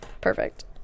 Perfect